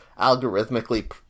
algorithmically